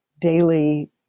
daily